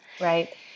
Right